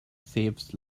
saves